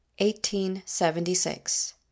1876